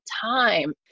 time